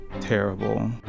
terrible